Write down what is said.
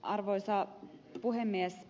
arvoisa puhemies